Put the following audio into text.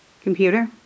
Computer